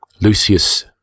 Lucius